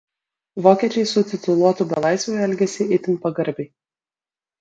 vokiečiai su tituluotu belaisviu elgėsi itin pagarbiai